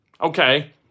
Okay